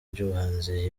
ry’ubuhanzi